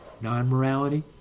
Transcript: non-morality